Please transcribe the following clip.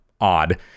odd